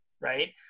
right